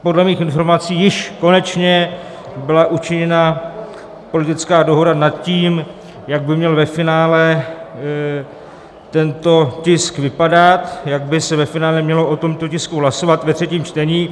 Podle mých informací již konečně byla učiněna politická dohoda nad tím, jak by měl ve finále tento tisk vypadat, jak by se ve finále mělo o tomto tisku hlasovat ve třetím čtení.